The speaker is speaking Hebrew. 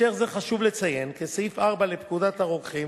בהקשר זה חשוב לציין כי סעיף 4 לפקודת הרוקחים